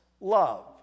love